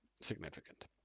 significant